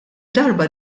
darba